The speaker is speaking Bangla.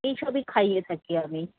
এই সবই খাইয়ে থাকি আমি